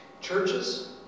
Churches